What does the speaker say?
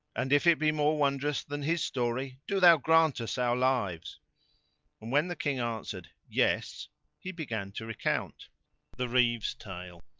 and, if it be more wondrous than his story, do thou grant us our lives. and when the king answered yes he began to recount the reeve's tale.